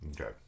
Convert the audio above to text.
Okay